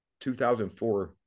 2004